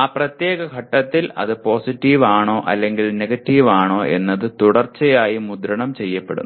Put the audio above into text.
ആ പ്രത്യേക ഘട്ടത്തിൽ അത് പോസിറ്റീവ് ആണോ അല്ലെങ്കിൽ നെഗറ്റീവ് ആണോ എന്നത് തുടർച്ചയായി മുദ്രണം ചെയ്യപ്പെടുന്നു